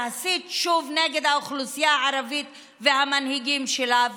להסית שוב נגד האוכלוסייה הערבית והמנהיגים שלה.